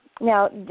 Now